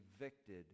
evicted